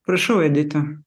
prašau edita